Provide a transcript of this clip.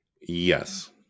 Yes